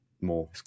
more